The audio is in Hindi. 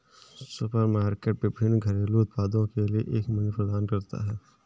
सुपरमार्केट विभिन्न घरेलू उत्पादों के लिए एक मंच प्रदान करता है